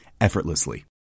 effortlessly